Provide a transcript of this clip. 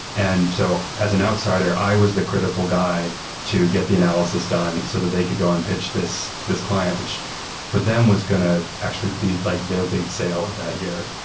and so as an outsider, i was the critical guy to get the analysis done so that they could go and pitch this this client, which for them was going to actually be like their big sale of that year.